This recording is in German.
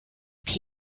pkw